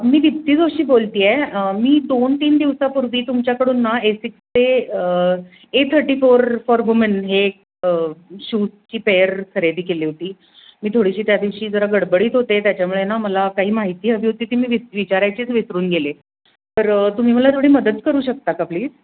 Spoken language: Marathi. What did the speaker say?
मी दीप्ती जोशी बोलत आहे मी दोनतीन दिवसापूर्वी तुमच्याकडून ना ए सिक्सचे A thirty four for women हे शूजची पेर खरेदी केली होती मी थोडीशी त्या दिवशी जरा गडबडीत होते त्यामुळे ना मला काही माहिती हवी होती ती मी विच विचारायचीच विसरून गेले तर तुम्ही मला थोडी मदत करू शकता का प्लीज